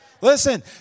Listen